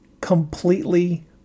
completely